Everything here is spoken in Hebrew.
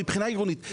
מבחינה עירונית,